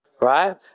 Right